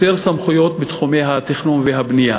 יותר סמכויות בתחומי התכנון והבנייה.